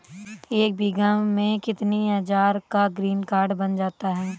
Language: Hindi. एक बीघा में कितनी हज़ार का ग्रीनकार्ड बन जाता है?